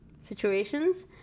situations